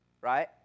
right